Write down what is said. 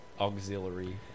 auxiliary